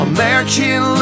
American